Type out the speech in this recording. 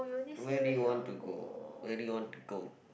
where do you want to go where do you want to go